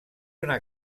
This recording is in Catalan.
una